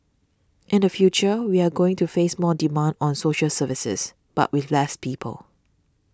in the future we are going to face more demand on social services but with less people